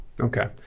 Okay